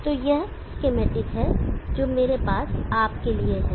तो यह एसकेमैटिक है जो मेरे पास आपके लिए है